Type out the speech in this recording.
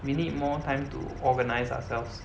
we need more time to organise ourselves